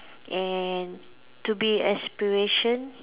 and to be inspiration